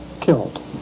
killed